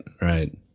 right